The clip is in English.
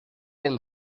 been